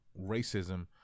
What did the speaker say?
racism